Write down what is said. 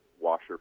washer